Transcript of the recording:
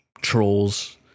Trolls